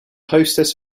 hostess